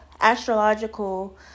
astrological